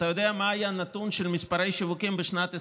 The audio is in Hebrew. אתה יודע מה היה הנתון של מספרי השיווקים בשנת 2021?